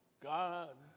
God